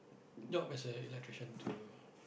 job as a electrician to